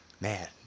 man